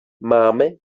máme